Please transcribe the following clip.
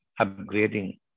upgrading